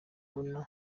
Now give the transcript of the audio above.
kubona